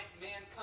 mankind